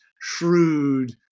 shrewd